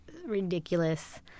ridiculous